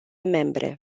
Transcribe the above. membre